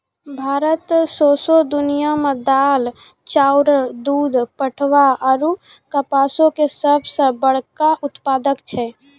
भारत सौंसे दुनिया मे दाल, चाउर, दूध, पटवा आरु कपासो के सभ से बड़का उत्पादक छै